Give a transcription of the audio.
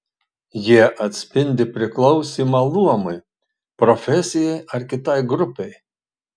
jie atspindi priklausymą luomui profesijai ar kitai grupei